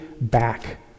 back